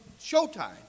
Showtime